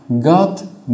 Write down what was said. God